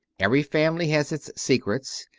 every family has its secrets,